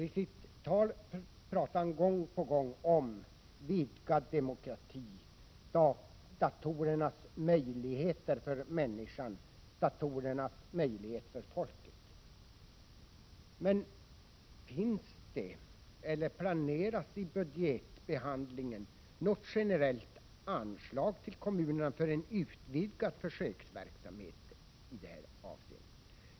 I sitt tal pratade han gång på gång om vidgad demokrati och om datorernas möjligheter för människan och för folket. Men finns det eller planeras det i budgetbehandlingen något generellt anslag till kommunerna för en utvidgad försöksverksamhet i det här avseendet?